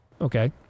Okay